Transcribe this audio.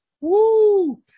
Woo